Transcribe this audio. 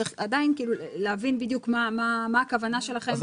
צריך עדיין להבין מה הכוונה שלכם.